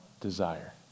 desire